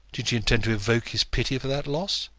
did she intend to evoke his pity for that loss?